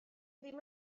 ddim